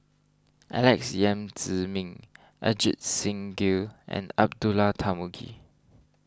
Alex Yam Ziming Ajit Singh Gill and Abdullah Tarmugi